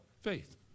Faith